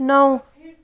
نَو